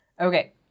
Okay